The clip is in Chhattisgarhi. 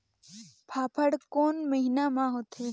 फाफण कोन महीना म होथे?